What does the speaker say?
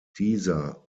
dieser